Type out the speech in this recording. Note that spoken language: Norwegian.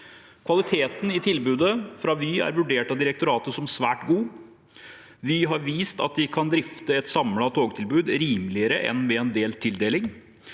Kvaliteten i tilbudet fra Vy er vurdert av direktoratet som svært god. Vy har vist at de kan drifte et samlet togtilbud rimeligere enn ved en delt tildeling.